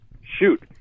shoot